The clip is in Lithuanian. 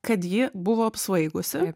kad ji buvo apsvaigusi